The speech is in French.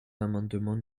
l’amendement